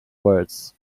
words